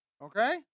okay